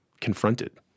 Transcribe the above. confronted